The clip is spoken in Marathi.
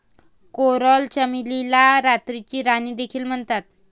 कोरल चमेलीला रात्रीची राणी देखील म्हणतात